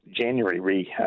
January